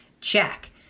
check